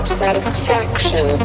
satisfaction